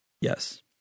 Yes